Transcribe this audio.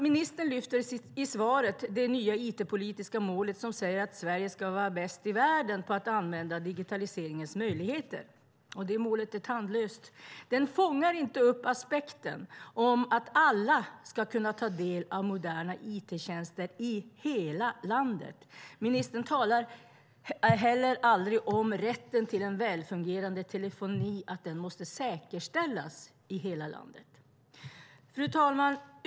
Ministern lyfter i svaret det nya it-politiska målet, som säger att Sverige ska vara bäst i världen på att använda digitaliseringens möjligheter. Men det målet är tandlöst. Det fångar inte upp aspekten att alla ska kunna ta del av moderna it-tjänster i hela landet. Ministern säger heller aldrig att rätten till en välfungerande telefoni måste säkerställas i hela landet. Fru talman!